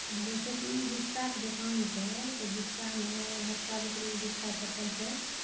हँ जैसेकी जुत्ताके दोकान छै तऽ जुत्तामे बच्चा बुतरुके जुत्ता चप्पल छै